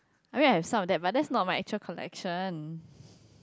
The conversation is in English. I mean I have some of that but that's not my actual collection